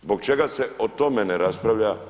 Zbog čega se o tome ne raspravlja?